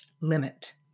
Limit